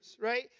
right